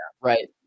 right